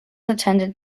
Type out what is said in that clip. attended